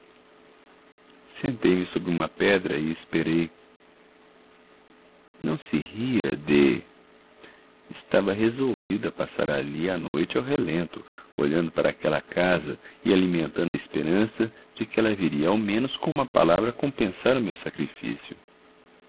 sentei-me sobre uma pedra e esperei não se ria d estava resolvido a passar ali a noite ao relento olhando para aquela casa e alimentando a esperança de que ela viria ao menos com uma palavra compensar o meu sacrifício